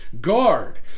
guard